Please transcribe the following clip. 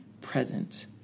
present